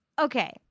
Okay